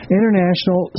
International